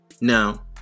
Now